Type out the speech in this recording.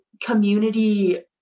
community